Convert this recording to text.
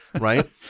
right